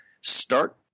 start